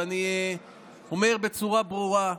ואני אומר בצורה ברורה,